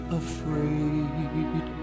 afraid